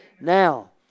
Now